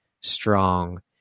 strong